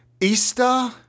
Easter